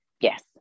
yes